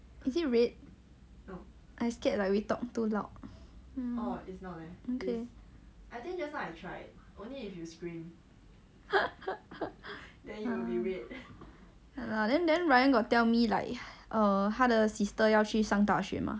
then then ryan got tell me like err 他的 sister 要去上大学嘛 then 我就问他 then 那个钱从哪里来他讲也是从他的老妈那边 ya so now I think they got a lot of extra money